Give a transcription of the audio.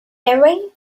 away